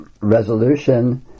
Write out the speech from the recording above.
resolution